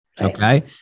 okay